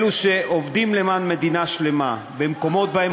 אלו שעובדים למען מדינה שלמה במקומות שבהם